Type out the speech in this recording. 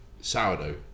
sourdough